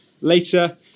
later